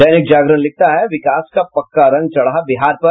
दैनिक जागरण लिखता है विकास का पक्का रंग चढ़ा बिहार पर